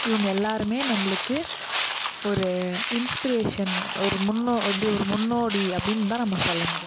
இவங்க எல்லாருமே நம்மளுக்கு ஒரு இன்ஸ்பிரேஷன் ஒரு முன்னோ எப்படி ஒரு முன்னோடி அப்படின்னு தான் நம்ம சொல்ல முடியும்